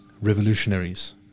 revolutionaries